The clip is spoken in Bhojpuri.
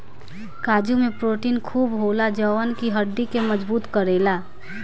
काजू में प्रोटीन खूब होला जवन की हड्डी के मजबूत करेला